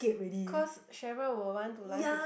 cause Sheryl would want to lunch with